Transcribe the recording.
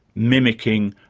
mimicking,